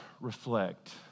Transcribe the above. reflect